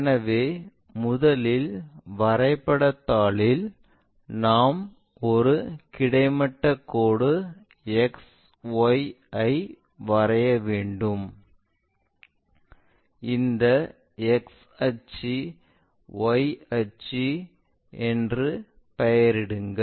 எனவே முதலில் வரைபடத்தில் நாம் ஒரு கிடைமட்ட கோடு XY ஐ வரைய வேண்டும் இந்த x அச்சு y அச்சு என்று பெயரிடுங்கள்